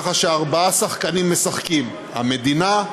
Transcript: ככה שארבעה שחקנים משחקים: המדינה,